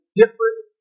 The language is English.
different